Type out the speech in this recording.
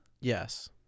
Yes